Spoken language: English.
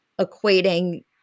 equating